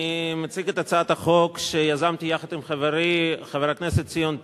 אני מציג את הצעת החוק שיזמתי יחד עם חברי חבר הכנסת ציון פיניאן,